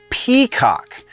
peacock